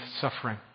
suffering